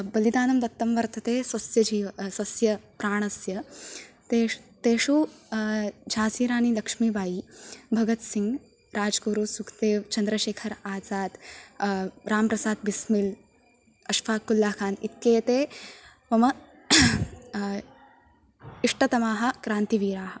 बलिदानं दत्तं वर्तते स्वस्य जीव स्वस्य प्राणस्य तेषु तेषु झान्सि राणि लक्ष्मीबायी भगत्सिङ्ग् राज्गुरु सुख्देव् चन्द्रशेखर् आज़ाद् राम्प्रसाद् बिस्मिल् अश्वाक् उल्लाखान् इत्येते मम इष्टतमाः क्रान्तिवीराः